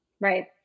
Right